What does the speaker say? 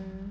mm mm